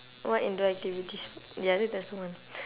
what indoor activities ya that doesn't count